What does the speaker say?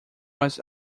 was